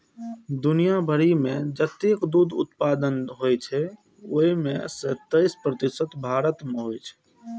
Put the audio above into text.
दुनिया भरि मे जतेक दुग्ध उत्पादन होइ छै, ओइ मे सं तेइस प्रतिशत भारत मे होइ छै